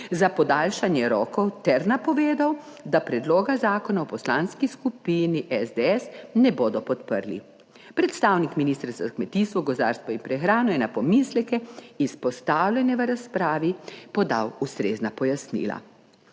za podaljšanje rokov ter napovedal, da predloga zakona v Poslanski skupini SDS ne bodo podprli. Predstavnik Ministrstva za kmetijstvo, gozdarstvo in prehrano je na pomisleke, izpostavljene v razpravi, podal ustrezna pojasnila.